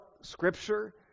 Scripture